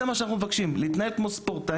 זה מה שאנחנו מבקשים: להתנהל כמו ספורטאים,